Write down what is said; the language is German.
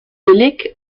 billig